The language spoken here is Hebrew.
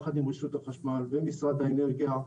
ביחד עם רשות החשמל ומשרד האנרגיה,